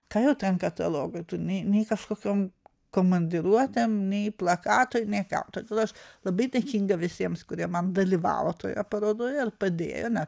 ką jau ten katalogui tu nei nei kažkokiom komandiruotėm nei plakatui nei ką todėl aš labai dėkinga visiems kurie man dalyvavo toje parodoje ir padėjo nes